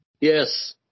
Yes